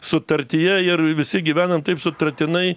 sutartyje ir visi gyvenam taip sutartinai